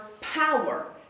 power